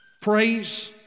praise